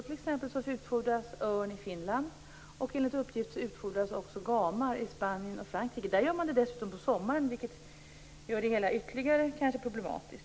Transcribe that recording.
T.ex. utfodras örn i Finland och enligt uppgift utfodras också gamar i Spanien och Frankrike. Där gör man det dessutom på sommaren, vilket kanske gör det hela ytterligare problematiskt.